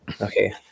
Okay